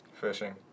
Fishing